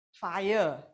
fire